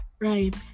Right